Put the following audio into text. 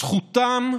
זכותם,